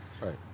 Right